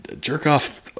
jerk-off